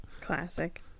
Classic